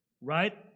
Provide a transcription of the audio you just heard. right